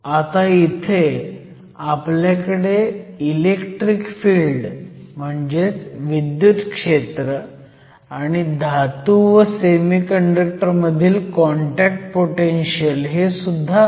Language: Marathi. आता इथे आपल्याकडे इलेक्ट्रिक फिल्ड म्हणेजच विद्युत क्षेत्र आणि धातू व सेमीकंडक्टर मधील कॉन्टॅक्ट पोटेनशीयल सुद्धा आहे